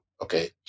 Okay